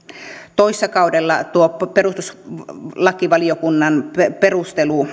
toissa kaudella tuo perustuslakivaliokunnan perustelu